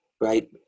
right